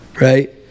right